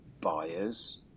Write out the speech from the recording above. buyers